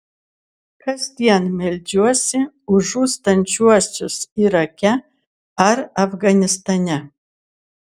kasdien meldžiuosi už žūstančiuosius irake ar afganistane